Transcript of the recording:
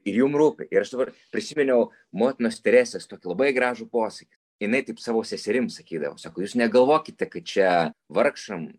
ir jum rūpi ir aš dabar prisiminiau motinos teresės tokį labai gražų posakį jinai taip savo seserim sakydavo sako jūs negalvokite kad čia vargšam